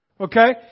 Okay